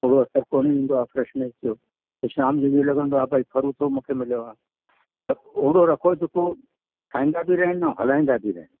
उहो असर कोन ईंदो आहे फ़्रेशनेस जो त शाम जो इअं लॻंदो आहे भई परूथो मूंखे मिलियो आहे त ओड़ो रखो जो ठाहींदा बि रहनि ऐं हलाईंदा बि रहनि